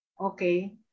okay